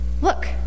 look